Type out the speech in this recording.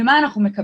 ומה אנחנו מקבלים?